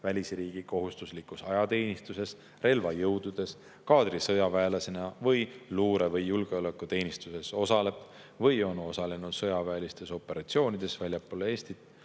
välisriigi kohustuslikus ajateenistuses, relvajõududes, kaadrisõjaväelasena või luure- või julgeolekuteenistuses, osaleb või on osalenud sõjaväelistes operatsioonides väljaspool Eestit